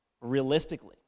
realistically